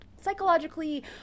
Psychologically